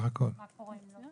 מה קורה אם לא?